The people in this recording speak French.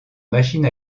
machine